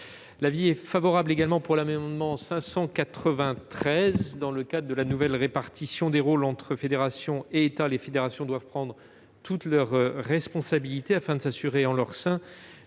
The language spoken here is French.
est favorable à l'amendement n° 593 rectifié : dans le cadre de la nouvelle répartition des rôles entre fédérations et État, les fédérations doivent prendre toute leur responsabilité afin de s'assurer, en leur sein,